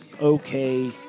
okay